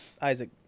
Isaac